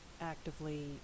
actively